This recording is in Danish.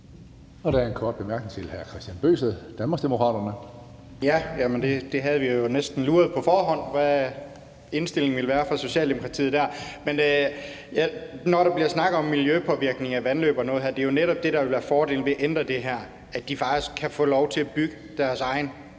Der er en kort bemærkning til hr. Kristian Bøgsted, Danmarksdemokraterne. Kl. 16:27 Kristian Bøgsted (DD): Vi havde jo næsten luret på forhånd, hvad indstillingen til det ville være fra Socialdemokratiets side. Men når der bliver snakket om miljøpåvirkning af vandløb og sådan noget, vil jeg sige, at netop det, der vil være fordelen ved at ændre det her, er, at de faktisk kan få lov til at bygge deres egne